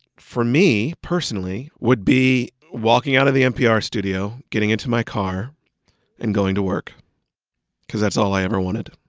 for me, personally, would be walking out of the npr studio, getting into my car and going to work because that's all i ever wanted